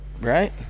right